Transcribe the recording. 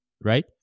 right